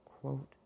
quote